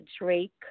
Drake